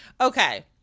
okay